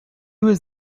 was